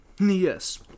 Yes